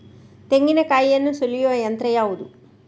ತೆಂಗಿನಕಾಯಿಯನ್ನು ಸುಲಿಯುವ ಯಂತ್ರ ಯಾವುದು?